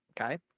Okay